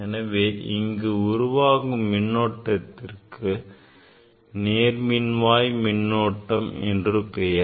எனவே இங்கு உருவாகும் மின்னோட்டத்திற்கு நேர்மின்வாய் மின்னோட்டம் என்று பெயர்